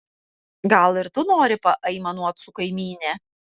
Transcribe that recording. gal ir tu nori paaimanuot su kaimyne